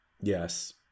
Yes